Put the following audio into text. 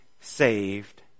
saved